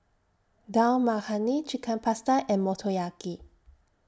Dal Makhani Chicken Pasta and Motoyaki